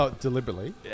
Deliberately